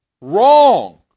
Wrong